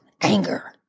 anger